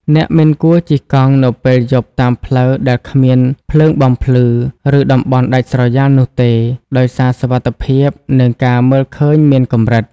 អ្នកមិនគួរជិះកង់នៅពេលយប់តាមផ្លូវដែលគ្មានភ្លើងបំភ្លឺ ឬតំបន់ដាច់ស្រយាលនោះទេ ដោយសារសុវត្ថិភាពនិងការមើលឃើញមានកម្រិត។